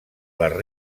les